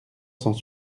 cent